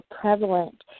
prevalent